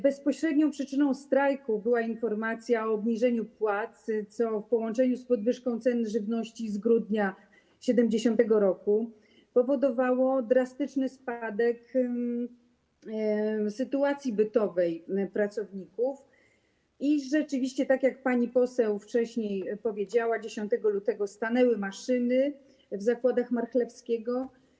Bezpośrednią przyczyną strajku była informacja o obniżeniu płac, co w połączeniu z podwyżką cen żywności z grudnia 1970 r. powodowało drastyczny spadek sytuacji bytowej pracowników i rzeczywiście, jak pani poseł wcześniej powiedziała, 10 lutego stanęły maszyny w zakładach Marchlewskiego.